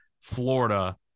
Florida